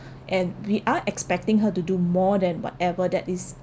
and we are expecting her to do more than whatever that is